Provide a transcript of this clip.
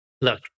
Look